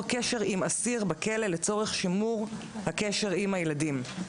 קשר עם אסיר בכלא לצורך שימור הקשר עם ילדיו.